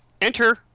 enter